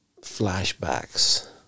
flashbacks